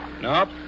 Nope